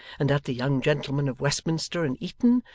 and that the young gentlemen of westminster and eton,